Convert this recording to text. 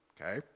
okay